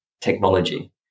technology